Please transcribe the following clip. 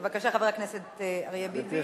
בבקשה, חבר הכנסת אריה ביבי.